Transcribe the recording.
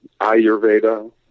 ayurveda